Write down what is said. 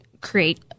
create